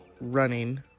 running